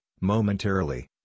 momentarily